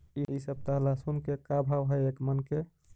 इ सप्ताह लहसुन के का भाव है एक मन के?